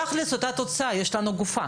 כאשר תכל'ס זאת אותה תוצאה, יש לנו גופה.